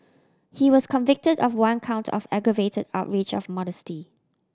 he was convicted of one count of aggravated outrage of modesty